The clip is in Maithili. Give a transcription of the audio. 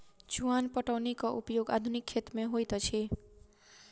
चुआन पटौनीक उपयोग आधुनिक खेत मे होइत अछि